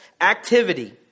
activity